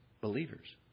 believers